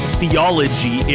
theology